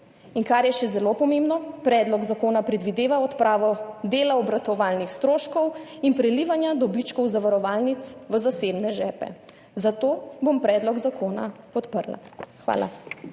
Kar je še zelo pomembno, predlog zakona predvideva odpravo dela obratovalnih stroškov in prelivanja dobičkov zavarovalnic v zasebne žepe, tato bom predlog zakona podprla. Hvala.